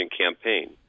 campaign